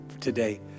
today